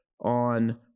on